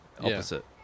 Opposite